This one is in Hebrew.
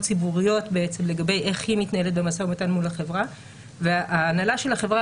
ציבוריות לגבי איך היא מתנהלת במשא ומתן מול החברה וההנהלה של החברה,